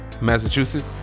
Massachusetts